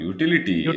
Utility